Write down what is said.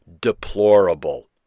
deplorable